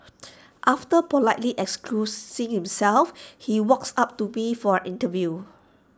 after politely excusing himself he walks up to me for our interview